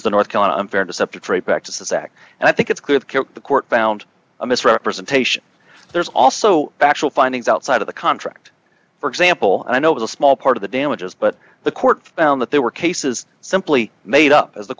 the north carolina unfair deceptive trade practices act and i think it's clear that the court found a misrepresentation there's also factual findings outside of the contract for example i know is a small part of the damages but the court found that there were cases simply made up as